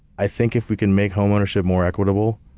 i think if we can make home ownership more equitable